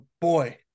Boy